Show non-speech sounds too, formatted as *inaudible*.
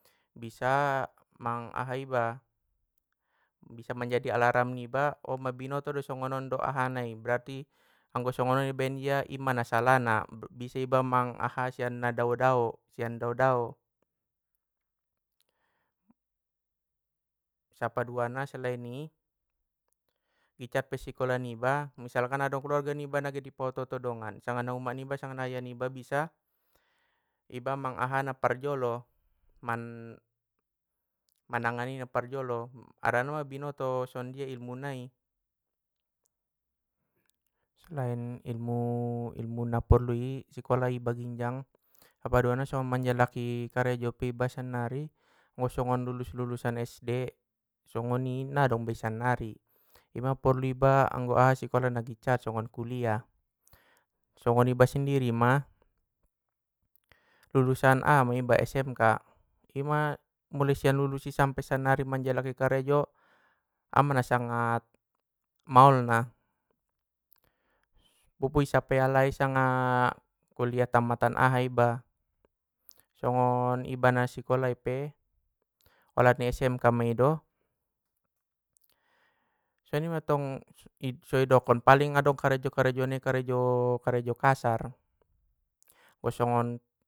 Bisa mang aha iba, bisa manjadi alaram niba, onma binoto do sanga aha na i berarti anggo songonon do ibaen ia ima na sala na, bisa iba mang aha sian na daodao- sian daodao. Sapaduana selain ni i, gitcat pe sikola niba misalkan, adong keluarga niba na get i paoto oto dongan sanga na umak niba sanga na ayah niba bisa, iba mang ahana parjolo man- mananganina parjolo harana mang binoto sonjia ilmu nai. Selain ilmu ilmu na porlui sikola iba ginjang, napaduana so manjalaki karejo epe iba sannari, anggo songon lulus lulusan sd! Songoni nadong be sannari ima porlu iba anggo aha sikola nagincat songon kuliah, songon iba sendiri ma *noise* lulusan aha ma iba smk ima mule sian lulus i sampe sannari manjaliki karejo, ama na sangat maol na *noise* pupu isapai alai sanga kuliah tammatan aha iba, song *hesitation* on iba na sikolai pe, olat ni smk meido, songoni mattong so idokon paling adong karejo karejo nai karejo kasar bo songon.